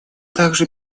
также